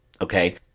Okay